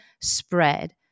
spread